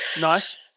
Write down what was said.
Nice